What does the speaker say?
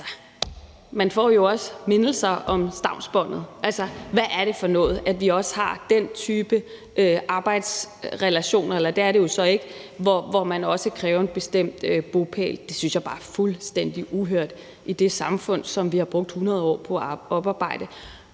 får man jo mindelser om stavnsbåndet; altså, hvad er det for noget, at vi har den type arbejdsrelation – eller det er det jo så ikke – hvor man også kræver en bestemt bopæl. Det synes jeg bare er fuldstændig uhørt i det samfund, som vi har brugt 100 år på at oparbejde.